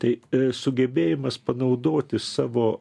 tai sugebėjimas panaudoti savo